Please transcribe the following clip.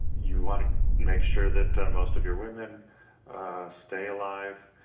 you want to make sure that most of your women stay alive,